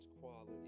quality